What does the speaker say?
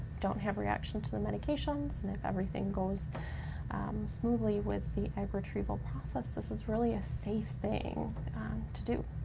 don't have reaction to the medications, and if everything goes smoothly with the egg retrieval process, this is really a safe thing to do.